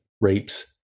rapes